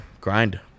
grind